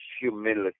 humility